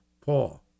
Paul